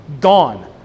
gone